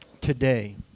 today